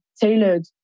tailored